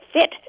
fit